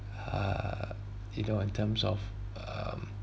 err you know in terms of um